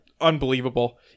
unbelievable